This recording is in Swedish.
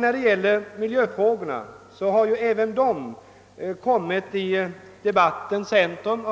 Även miljöfrågorna har under den senaste tiden kommit i debattens centrum.